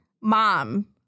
mom